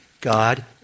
God